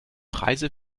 preise